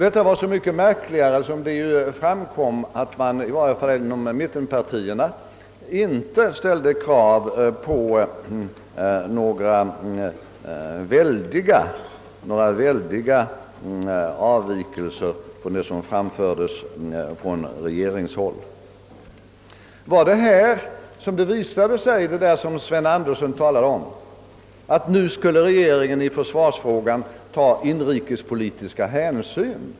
Detta var så mycket märkligare som det framkom att man i varje fall inom mittenpartierna inte ställde krav på några väldiga avvikelser från det som för nästa budgetår framfördes från regeringshåll. Var detta uppträdande vad Sven Andersson avsåg när han talade om att regeringen i försvarsfrågan skulle ta inrikespolitiska hänsyn?